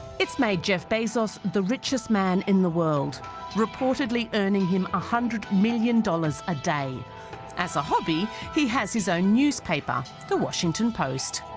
it's made jeff bezos the richest man in the world reportedly earning him a hundred million dollars a day as a hobby. he has his own newspaper the washington post